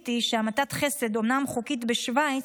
גיליתי שהמתת חסד אומנם חוקית בשווייץ,